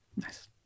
Nice